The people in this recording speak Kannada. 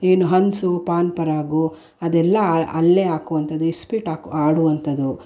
ಏನು ಹನ್ಸು ಪಾನ್ಪರಾಗೂ ಅದೆಲ್ಲಾ ಅಲ್ಲಿಯೇ ಹಾಕುವಂಥದು ಇಸ್ಪೀಟು ಹಾಕು ಆಡುವಂಥದು